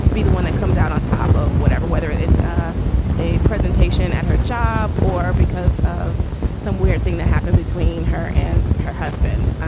be the one that comes out on top of whatever, whether it's ah a presentation at her job or because of some weird thing that happened between her and her husband.